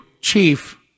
chief